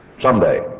someday